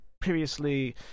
previously